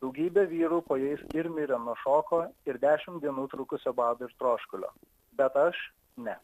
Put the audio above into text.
daugybė vyrų po jais ir mirė nuo šoko ir dešim dienų trukusio bado ir troškulio bet aš ne